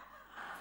למה?